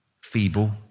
feeble